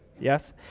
yes